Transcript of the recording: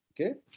Okay